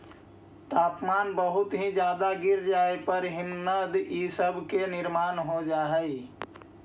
तापमान बहुत ही ज्यादा गिर जाए पर हिमनद इ सब के निर्माण हो जा हई